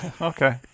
Okay